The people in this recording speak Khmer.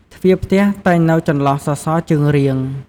ទ្វារផ្ទះតែងនៅចន្លោះសសរជើងរៀង ។